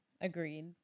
Agreed